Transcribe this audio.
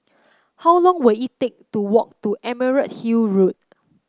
how long will it take to walk to Emerald Hill Road